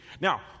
Now